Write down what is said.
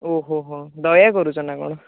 ଓଃ ହୋ ହଁ ଦୟା କରୁଛ ନା କ'ଣ